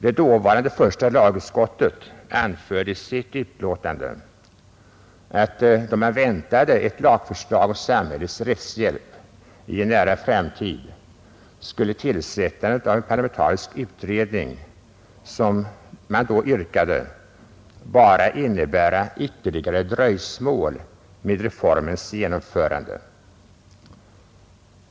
Det dåvarande första lagutskottet anförde i sitt utlåtande att då man väntade ett lagförslag om samhällets rättshjälp i en nära framtid skulle tillsättandet av en parlamentarisk utredning, vilket då yrkades, bara innebära ytterligare dröjsmål med reformens genomförande.